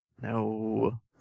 No